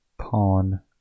Pawn